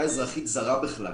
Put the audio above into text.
הייתה אזרחית זרה בכלל.